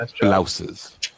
Blouses